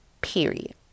Period